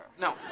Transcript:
No